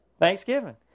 Thanksgiving